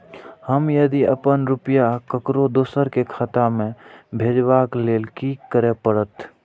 हम यदि अपन रुपया ककरो दोसर के खाता में भेजबाक लेल कि करै परत?